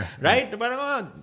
right